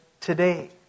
today